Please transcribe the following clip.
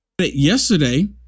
Yesterday